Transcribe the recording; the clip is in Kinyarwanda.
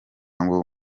ngo